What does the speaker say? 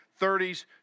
30s